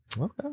okay